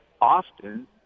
often